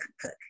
cook